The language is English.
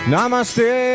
Namaste